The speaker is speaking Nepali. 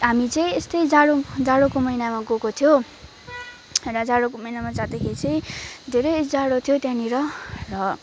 हामी चाहिँ यस्तै जाडो जाडोको महिनामा गएको थियो र जाडोको महिनामा जाँदाखेरि चाहिँ धेरै जाडो थियो त्यहाँनिर र